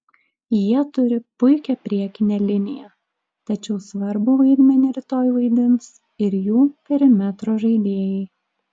jie turi puikią priekinę liniją tačiau svarbų vaidmenį rytoj vaidins ir jų perimetro žaidėjai